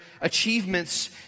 achievements